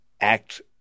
act